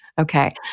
Okay